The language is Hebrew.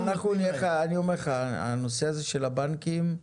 לא אני אומר לך, הנושא הזה של הבנקים.